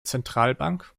zentralbank